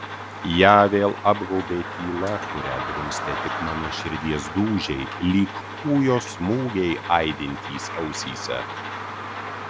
ją vėl apgaubė tyla kurią drumstė tik mano širdies dūžiai lyg kūjo smūgiai aidintys ausyse